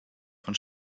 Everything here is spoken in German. von